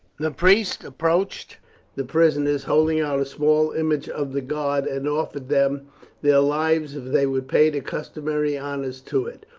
the priest approached the prisoners, holding out a small image of the god, and offered them their lives if they would pay the customary honours to it.